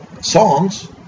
songs